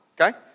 Okay